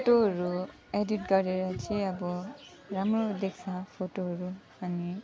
फोटोहरू एडिट गरेर चाहिँ अब राम्रो देख्छ फोटोहरू अनि